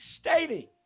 stating